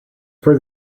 for